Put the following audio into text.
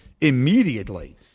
immediately